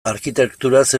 arkitekturaz